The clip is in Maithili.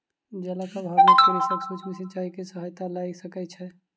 जलक अभाव में कृषक सूक्ष्म सिचाई के सहायता लय सकै छै